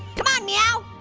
come on, meow.